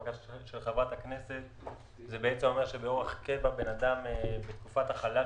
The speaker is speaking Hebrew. הבקשה של חברת הכנסת אומרת שבאורח קבע אדם בתקופת החל"ת